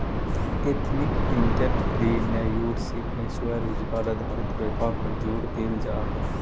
ethnic entrepreneurship में स्वरोजगार आधारित व्यापार पर जोड़ देल जा हई